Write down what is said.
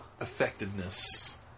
effectiveness